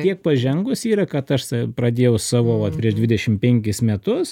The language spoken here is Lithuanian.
tiek pažengusi yra kad aš pradėjau savo vat prieš dvidešimt penkis metus